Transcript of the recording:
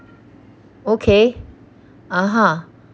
okay (uh huh)